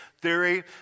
theory